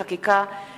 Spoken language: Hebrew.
מניעת ניגוד עניינים),